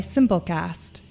Simplecast